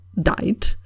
died